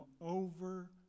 over